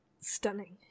Stunning